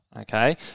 Okay